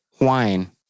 wine